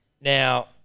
Now